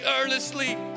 earnestly